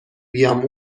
بیام